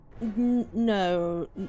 No